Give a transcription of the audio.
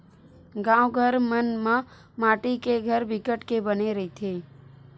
गाँव घर मन म माटी के घर बिकट के बने रहिथे